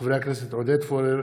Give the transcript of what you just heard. מאת חברי הכנסת עודד פורר,